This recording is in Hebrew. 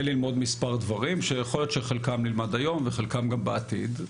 ללמוד מספר דברים שיכול להיות שחלקם נלמד היום וחלקם גם בעתיד.